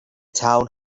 town